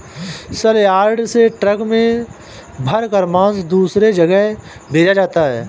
सलयार्ड से ट्रक में भरकर मांस दूसरे जगह भेजा जाता है